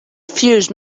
fuse